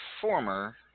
former